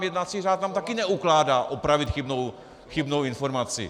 Jednací řád nám taky neukládá opravit chybnou informaci.